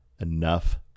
enough